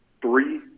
three